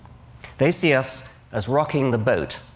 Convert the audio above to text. they see us as rocking the boat,